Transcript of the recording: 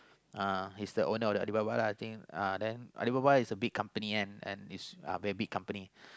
uh he's the owner of the Alibaba lah I think uh then Alibaba is a big company and and it's a very big company